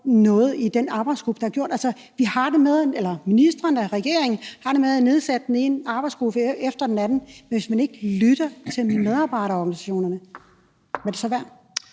noget i den arbejdsgruppe, der har gjort det? Altså, ministrene og regeringen har det med at nedsætte den ene arbejdsgruppe efter den anden, men hvis man ikke lytter til medarbejderorganisationerne, hvad er det så værd?